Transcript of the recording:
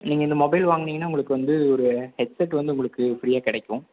நீங்கள் இந்த மொபைல் வாங்குனீங்கன்னா உங்களுக்கு வந்து ஒரு ஹெட் செட் வந்து உங்களுக்கு ஃப்ரீயா கிடைக்கும்